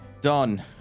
Done